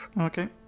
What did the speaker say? Okay